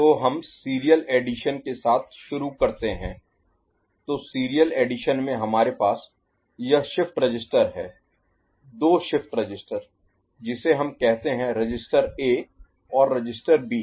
तो हम serial addition के साथ शुरू करते हैं तो सीरियल एडिशन में हमारे पास यह शिफ्ट रजिस्टर है दो शिफ्ट रजिस्टर जिसे हम कहते हैं रजिस्टर ए और रजिस्टर बी